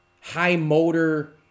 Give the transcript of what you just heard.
high-motor